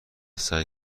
سعی